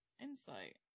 insight